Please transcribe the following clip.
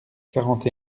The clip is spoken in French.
quarante